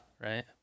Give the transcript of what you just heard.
right